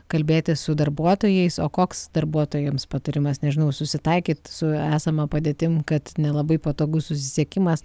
kalbėtis su darbuotojais o koks darbuotojams patarimas nežinau susitaikyt su esama padėtim kad nelabai patogus susisiekimas